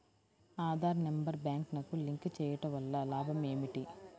Aadhaar number బ్యాంక్నకు link చేయుటవల్ల లాభం ఏమిటి?